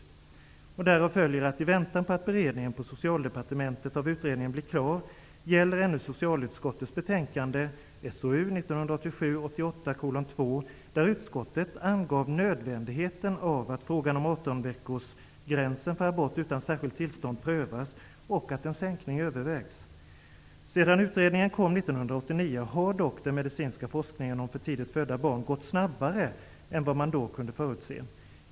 Därav följer att i väntan på att Socialdepartementets beredning av utredningen skall bli klar gäller ännu socialutskottets betänkande 1987/88:SoU2. I betänkandet angavs nödvändigheten av att frågan om 18 veckorsgränsen för abort utan särskilt tillstånd prövas och att en sänkning övervägs. Sedan utredningen presenterades 1989 har dock den medicinska forskningen om för tidigt födda barn gått snabbare än vad man då kunde förutse.